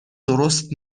درست